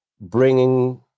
bringing